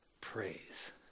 praise